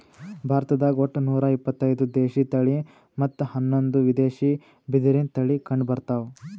ಭಾರತ್ದಾಗ್ ಒಟ್ಟ ನೂರಾ ಇಪತ್ತೈದು ದೇಶಿ ತಳಿ ಮತ್ತ್ ಹನ್ನೊಂದು ವಿದೇಶಿ ಬಿದಿರಿನ್ ತಳಿ ಕಂಡಬರ್ತವ್